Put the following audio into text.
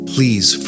Please